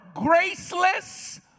graceless